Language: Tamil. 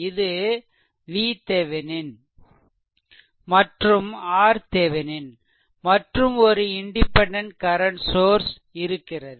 இது VThevenin மற்றும் RThevenin மற்றும் ஒரு இண்டிபெண்டென்ட் கரன்ட் சோர்ஸ்இருக்கிறது